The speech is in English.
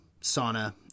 sauna